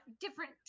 different